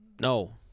No